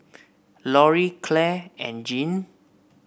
Loree Claire and Jeanne